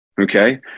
Okay